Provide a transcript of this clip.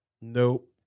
Nope